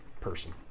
person